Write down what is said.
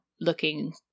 looking